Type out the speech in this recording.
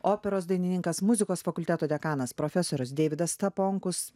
operos dainininkas muzikos fakulteto dekanas profesorius deividas staponkus